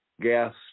gas